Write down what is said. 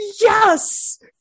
yes